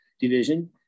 division